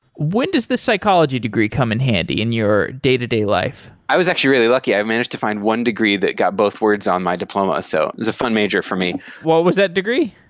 when does this psychology degree come in handy in your day-to-day life? i was actually really lucky. i managed to find one degree that got both words on my diploma. so it was a fun major for me what was that degree?